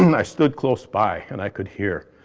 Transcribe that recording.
and i stood close by and i could hear,